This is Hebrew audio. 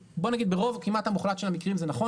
ברוב הכמעט מוחלט של המקרים זה נכון